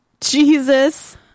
Jesus